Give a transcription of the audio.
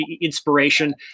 inspiration